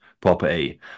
property